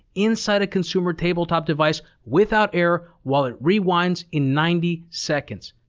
inside a consumer, tabletop device, without error, while it rewinds in ninety seconds.